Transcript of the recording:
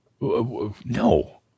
No